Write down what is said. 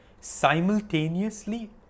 Simultaneously